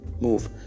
move